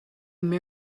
only